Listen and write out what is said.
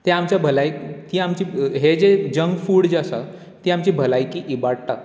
तें आमची भलायकी हें जें जंक फूड जें आसा तें आमची भलायकी इबाडटा